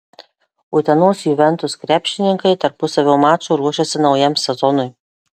utenos juventus krepšininkai tarpusavio maču ruošiasi naujam sezonui